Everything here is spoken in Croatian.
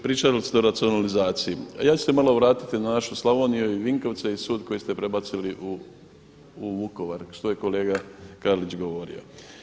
Pričali ste o racionalizaciji, a ja ću se malo vratiti na našu Slavoniju i Vinkovce i sud koji ste prebacili u Vukovar što je kolega Karlić govorio.